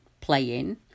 playing